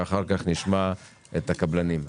ואחר כך נשמע את הקבלנים.